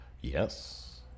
Yes